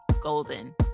golden